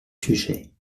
sujet